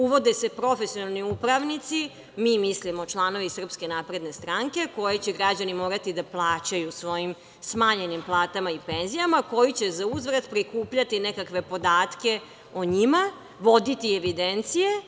Uvode se profesionalni upravnici, mi mislimo članovi SNS, koje će građani morati da plaćaju svojim smanjenim platama i penzijama, koji će zauzvrat prikupljati nekakve podatke o njima, voditi evidencije